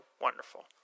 wonderful